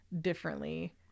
differently